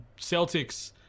Celtics